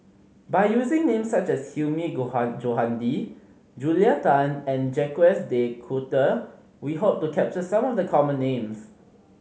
by using names such as Hilmi Johandi Julia Tan and Jacques De Coutre we hope to capture some of the common names